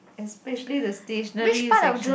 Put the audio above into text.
especially the stationery section